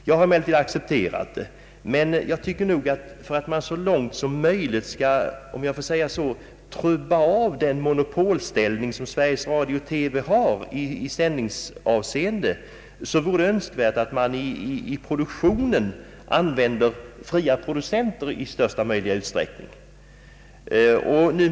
Jag har emellertid accepterat den saken, men för att så långt som möjligt — om jag så får säga — trubba av den monopolställning som Sveriges Radio-TV har i sändningsavseende vore det önskvärt att man i produktionen använder fria producenter i största möjliga utsträckning.